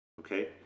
Okay